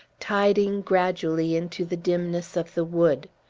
tiding gradually into the dimness of the wood.